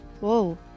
Whoa